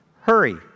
hurry